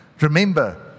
Remember